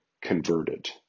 converted